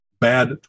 bad